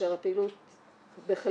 כאשר הפעילות בחלקה,